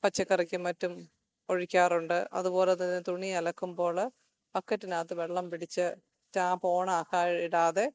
പച്ചക്കറിക്കും മറ്റും ഒഴിക്കാറുണ്ട് അതുപോലെത്തന്നെ തുണി അലക്കുമ്പോൾ ബക്കറ്റിനകത്ത് വെള്ളം പിടിച്ച് ടാപ്പ് ഓണാക്കാൻ ഇടാതെ